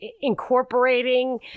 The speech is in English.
incorporating